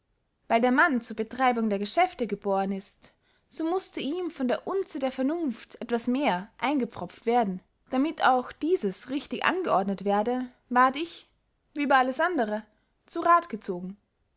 weil der mann zur betreibung der geschäfte gebohren ist so mußte ihm von der unze der vernunft etwas mehrers eingepfropft werden damit auch dieses richtig angeordnet werde ward ich wie über alles andere zu rath gezogen